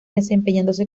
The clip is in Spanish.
desempeñándose